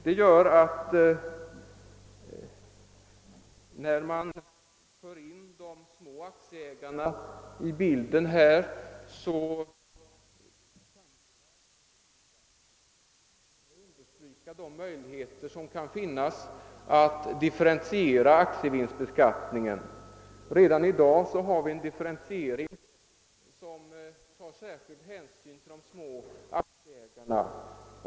Mot denna bakgrund kan det finnas anledning att ytterligare understryka de möjligheter som kan finnas att differentiera aktievinstbeskattningen. Redan i dag förekommer en differentiering, som tar särskild hänsyn till de små aktieägarna.